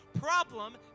Problem